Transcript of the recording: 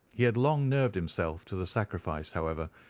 he had long nerved himself to the sacrifice, however,